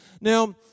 Now